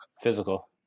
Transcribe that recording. Physical